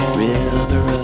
river